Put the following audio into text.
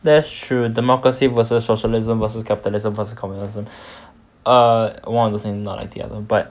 that's true democracy versus socialism versus capitalism versus communism err one of those things not like the other but